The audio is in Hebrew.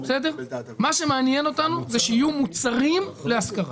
זאת פגיעה בשוכר.